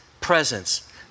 presence